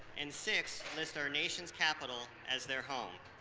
and six list our nation's capital as their home.